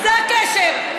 זה הקשר.